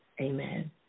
Amen